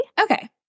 Okay